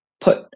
put